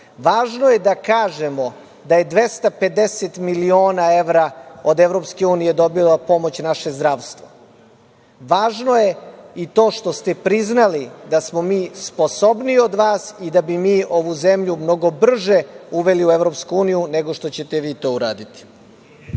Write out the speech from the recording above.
Važno je da kažemo da je 250 miliona evra od EU dobilo pomoć naše zdravstvo. Važno je i to što ste priznali da smo mi sposobniji od vas i da bi mi ovu zemlju mnogo brže uveli u EU, nego što ćete vi to uraditi.